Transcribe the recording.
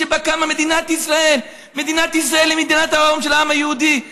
שבה קמה מדינת ישראל"; "מדינת ישראל היא מדינת העולם של העם היהודי";